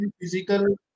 physical